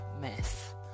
mess